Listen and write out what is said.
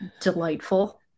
delightful